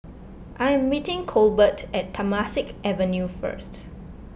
I am meeting Colbert at Temasek Avenue first